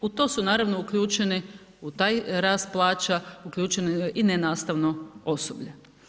U to su naravno uključene, u taj rast plaća uključeno je i nenastavno osoblje.